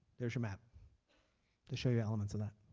there's your map to show you elements of that.